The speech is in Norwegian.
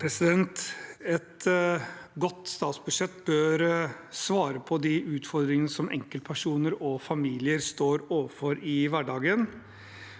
Et godt statsbud- sjett bør svare på de utfordringene som enkeltpersoner og familier står overfor i hverdagen.